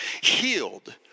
healed